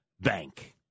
Bank